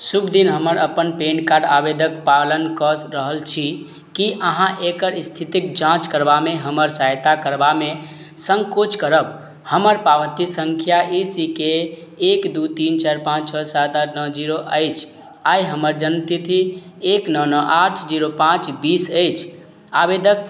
शुभ दिन हम अपन पैन कार्ड आवेदनके पालन कऽ रहल छी कि अहाँ एकर इस्थितिके जाँच करबामे हमर सहायता करबामे संकोच करब हमर पावती सँख्या ए सी के एक दुइ तीन चारि पाँच छओ सात आठ नओ जीरो अछि आइ हमर जन्मतिथि एक नओ नओ आठ जीरो पाँच बीस अछि आवेदक